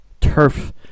turf